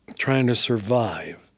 trying to survive,